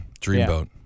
Dreamboat